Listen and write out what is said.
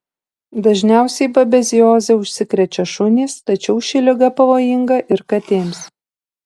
dažniausiai babezioze užsikrečia šunys tačiau ši liga pavojinga ir katėms